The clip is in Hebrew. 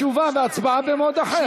תשובה והצבעה במועד אחר.